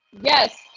Yes